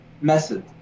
method